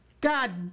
God